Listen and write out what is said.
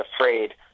afraid